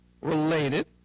related